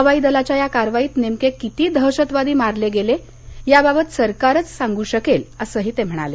हवाई दलाच्या या कारवाईत नेमके किती दहशतवादी मारले गेले याबाबत सरकारच सांगू शकेल असंही ते म्हणाले